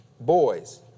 Boys